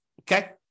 Okay